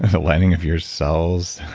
the lining of your cells.